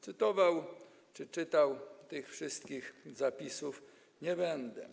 Cytował czy czytał tych wszystkich zapisów nie będę.